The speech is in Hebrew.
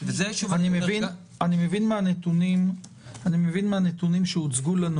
אני מבין מן הנתונים שהוצגו לנו